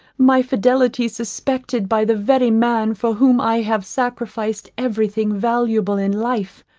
my fidelity suspected by the very man for whom i have sacrificed every thing valuable in life,